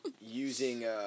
using